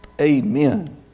Amen